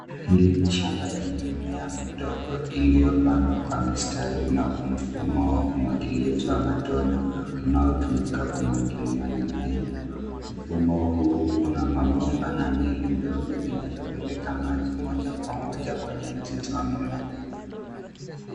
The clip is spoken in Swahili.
Hili ni shamba lenye mimea midogo iliyopandwa kwa mistari na mfumo wa umwagiliaji wa matone unaotumika kumwagilia mimea hiyo. Mfumo huu una mabomba na miili ndogo inayopeleka maji moja kwa moja kwenye mizizi ya mimea.